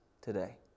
today